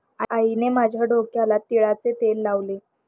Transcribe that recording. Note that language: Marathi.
आईने माझ्या डोक्याला तिळाचे तेल लावले